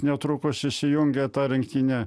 netrukus įsijungė tą rinktinę